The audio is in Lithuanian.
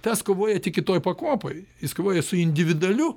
tas kovoja tik kitoj pakopoj jis kovoja su individualiu